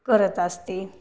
करत असते